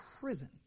prison